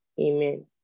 Amen